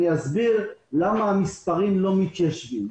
אני אסביר למה המספרים לא מתיישבים: